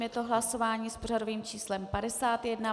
Je to hlasování s pořadovým číslem 51.